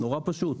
נורא פשוט.